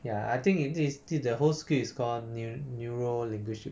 ya I think it~ thi~ this is the whole skill is call neuro-linguistic